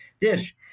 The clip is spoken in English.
dish